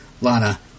Lana